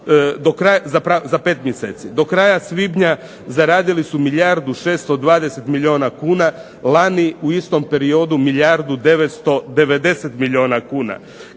za pet mjeseci. Do kraja svibnja zaradili su milijardu 620 milijuna kuna, lani u istom periodu milijardu 990 milijuna kuna.